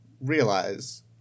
realize